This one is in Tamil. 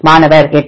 மாணவர் 8